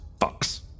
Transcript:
fucks